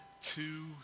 two